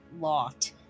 lot